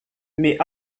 mais